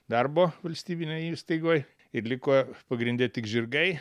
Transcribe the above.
darbo valstybinėj įstaigoj ir liko pagrinde tik žirgai